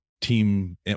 team